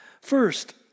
First